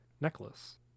necklace